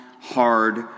hard